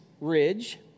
ridge